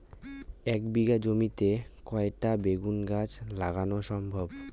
এক বিঘা জমিতে কয়টা বেগুন গাছ লাগানো সম্ভব?